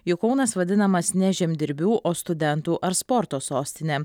juk kaunas vadinamas ne žemdirbių o studentų ar sporto sostine